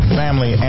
family